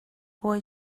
boy